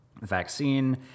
Vaccine